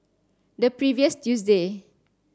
the previous Tuesday